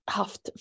haft